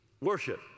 worship